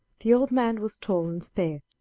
the old man was tall and spare,